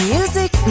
Music